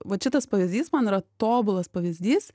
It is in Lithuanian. vat šitas pavyzdys man yra tobulas pavyzdys